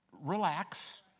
relax